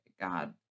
god